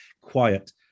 quiet